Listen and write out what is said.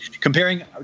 Comparing